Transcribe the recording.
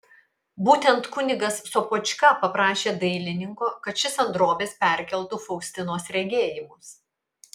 būtent kunigas sopočka paprašė dailininko kad šis ant drobės perkeltų faustinos regėjimus